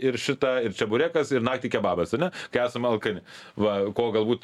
ir šita ir čeburekas ir naktį kebabas ane esam alkani va ko galbūt